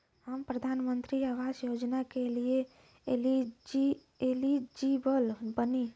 हम प्रधानमंत्री आवास योजना के लिए एलिजिबल बनी?